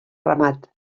remat